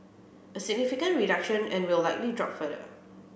a significant reduction and will likely drop further